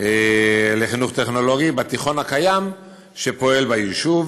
לחינוך טכנולוגי בתיכון הקיים שפועל ביישוב,